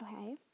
Okay